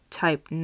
type